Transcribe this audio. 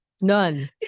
none